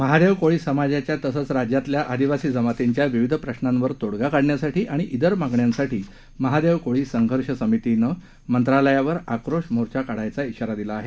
महादेव कोळी समाजाच्या तसंच राज्यातल्या आदिवासी जमातींच्या विविध प्रश्नावर तोङगा काढण्यासाठी आणि तिर मागण्यांसाठी महादेव कोळी संघर्ष समितीनं मंत्रालयावर आक्रोश मोर्चा काढायचा श्रीरा दिला आहे